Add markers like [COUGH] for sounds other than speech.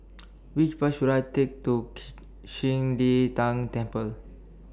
Which Bus should I Take to [NOISE] Qing De Tang Temple